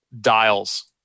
dials